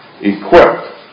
equipped